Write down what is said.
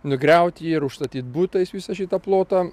nugriaut jį ir užstatyt butais visą šitą plotą